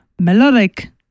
melodic